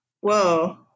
Whoa